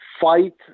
fight